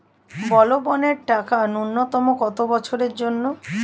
বলবনের টাকা ন্যূনতম কত বছরের জন্য?